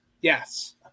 yes